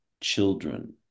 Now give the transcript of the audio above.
children